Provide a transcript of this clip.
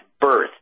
birth